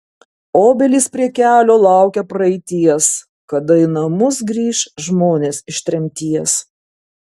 obelys prie kelio laukia praeities kada į namus grįš žmonės iš tremties